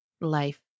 life